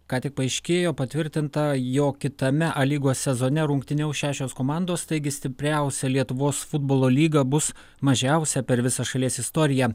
ką tik paaiškėjo patvirtinta jog kitame a lygos sezone rungtyniaus šešios komandos taigi stipriausia lietuvos futbolo lyga bus mažiausia per visą šalies istoriją